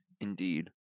indeed